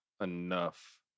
enough